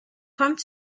kommt